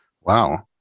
wow